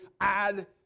add